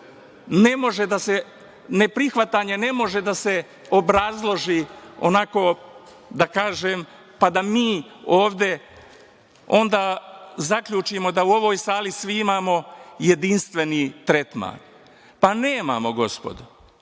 ono što… neprihvatanje ne može da se obrazloži, onako, da kažem, pa da mi ovde onda zaključimo da u ovoj sali svi imao jedinstveni tretman. Nemamo gospodo